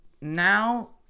now